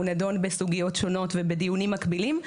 הוא נדון בסוגיות שונות ובדיונים מקבילים.